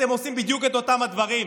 אתם עושים בדיוק את אותם הדברים.